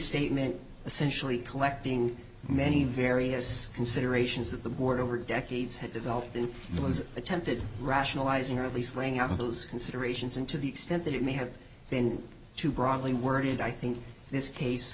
restatement essentially collecting many various considerations that the board over decades had developed it was attempted rationalizing or at least laying out of those considerations and to the extent that it may have been too broadly worded i think this case